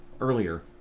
earlier